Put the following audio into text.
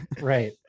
Right